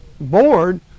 board